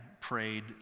prayed